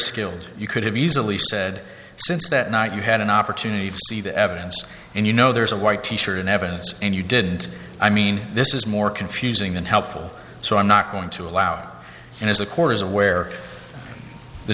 skilled you could have easily said since that night you had an opportunity to see the evidence and you know there's a white teacher in evidence and you did i mean this is more confusing than helpful so i'm not going to allow and as a court is aware the